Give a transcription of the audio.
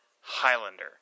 Highlander